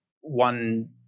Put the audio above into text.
one